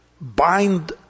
bind